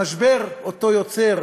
המשבר שיוצר